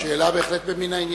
שאלה בהחלט ממין העניין.